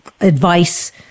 advice